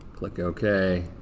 click ok.